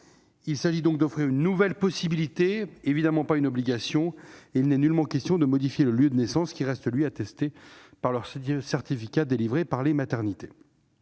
Il s'agit donc d'ouvrir une nouvelle possibilité, et non de créer une obligation. Il n'est nullement question de modifier le lieu de naissance, qui reste attesté par le certificat délivré par la maternité.